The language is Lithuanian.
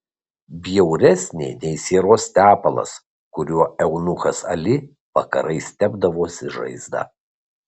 bjauresnė nei sieros tepalas kuriuo eunuchas ali vakarais tepdavosi žaizdą